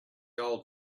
old